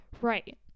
Right